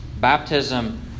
Baptism